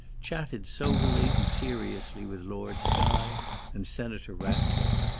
chatted soberly and seriously with lord skye and senator ratcliffe.